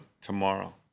tomorrow